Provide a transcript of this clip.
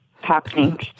happening